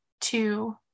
two